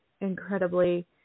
incredibly